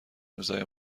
امضای